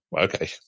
okay